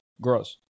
gross